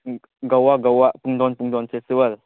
guava ꯒꯣꯚꯥ ꯄꯨꯡꯗꯣꯟ ꯄꯨꯡꯗꯣꯟ ꯐꯦꯁꯇꯤꯚꯦꯜ